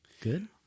Good